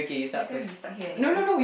we're gonna be stuck here anyway